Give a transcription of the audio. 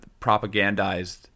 propagandized